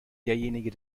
derjenige